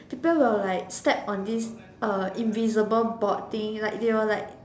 people will like step on this uh invisible board thing like they will like